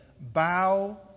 bow